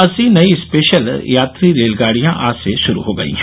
अस्सी नई स्पेशल यात्री रेलगाडियां आज से शुरू हो गयी है